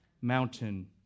mountain